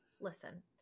Listen